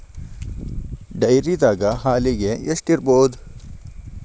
ಡೈರಿದಾಗ ಹಾಲಿಗೆ ಎಷ್ಟು ಇರ್ಬೋದ್?